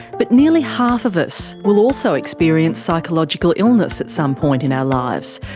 but nearly half of us will also experience psychological illness at some point in our lives,